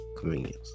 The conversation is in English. convenience